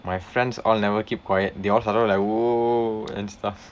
my friends all never keep quiet they all started like !woo! and stuff